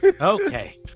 Okay